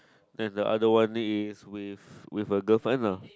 and the other one is with with her girlfriend lah